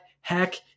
Heck